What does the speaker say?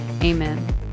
amen